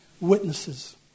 witnesses